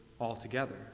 altogether